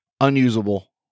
unusable